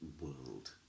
world